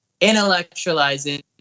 intellectualizing